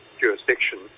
jurisdiction